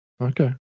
Okay